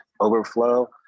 overflow